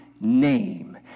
name